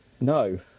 no